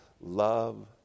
Love